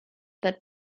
that